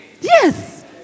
Yes